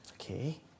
Okay